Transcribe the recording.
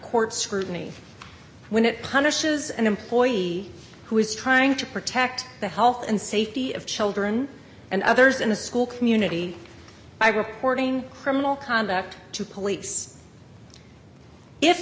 court scrutiny when it punishes an employee who is trying to protect the health and safety of children and others in the school community by reporting criminal conduct to police if